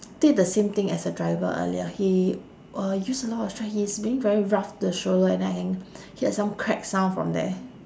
did the same thing as the driver earlier he uh use a lot of strength he's being very rough to the stroller and I can hear some crack sound from there